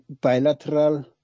bilateral